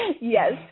Yes